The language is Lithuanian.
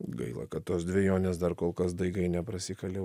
gaila kad tos dvejonės dar kol kas daigai neprasikalė